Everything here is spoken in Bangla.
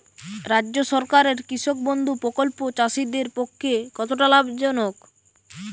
রাজ্য সরকারের কৃষক বন্ধু প্রকল্প চাষীদের পক্ষে কতটা লাভজনক?